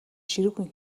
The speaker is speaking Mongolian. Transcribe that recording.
ширүүхэн